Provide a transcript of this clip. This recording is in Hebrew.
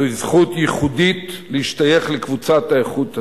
זוהי זכות ייחודית להשתייך לקבוצת האיכות הזאת.